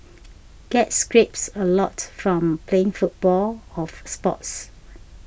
get scrapes a lot from playing football of sports